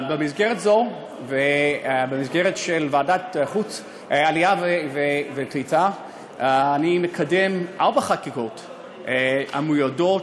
במסגרת זו ובמסגרת ועדת העלייה והקליטה אני מקדם ארבע חקיקות המיועדות,